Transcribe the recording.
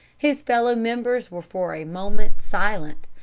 his fellow members were for a moment silent.